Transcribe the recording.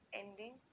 ending